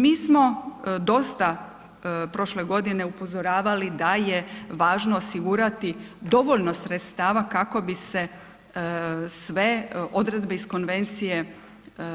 Mi smo dosta prošle godine upozoravali da je važno osigurati dovoljno sredstava kako bi se sve odredbe iz konvencije